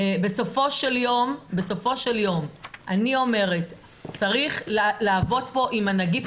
בסופו של יום אני אומרת שצריך לעבוד פה עם הנגיף